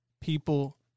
people